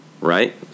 right